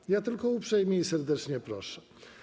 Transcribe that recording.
3. Ja tylko uprzejmie i serdecznie proszę.